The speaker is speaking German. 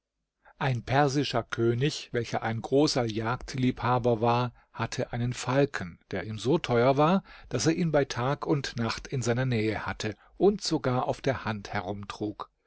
ein persischer könig welcher ein großer jagdliebhaber war hatte einen falken der ihm so teuer war daß er ihn bei tag und nacht in seiner nähe hatte und sogar auf der hand